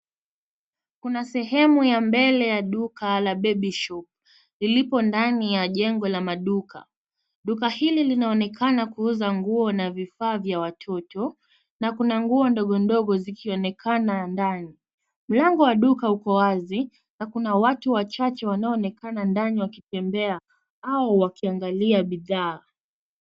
Kuna sehemu ya mbele ya duka la Baby Shop ilipo ndani ya jengo la maduka. Duka hili linaonekana kuuza nguo na vifaa vya watoto na kuna nguo ndogo ndogo zikionekana ndani. Mlango wa duka uko wazi na kuna watu wachache wanaoonekana ndani wakitembea au wakiangalia bidhaa.